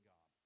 God